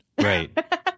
right